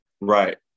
Right